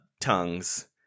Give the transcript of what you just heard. tongues